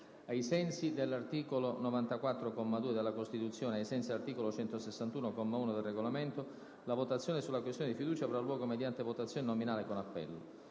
Ai sensi dell'articolo 94, secondo comma, della Costituzione, e ai sensi dell'articolo 161, comma 1, del Regolamento, la votazione sulla questione di fiducia avrà luogo mediante votazione nominale con appello.